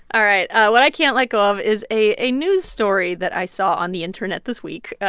all right. what i can't let go of is a a news story that i saw on the internet this week.